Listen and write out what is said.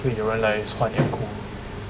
会有人来突然间哭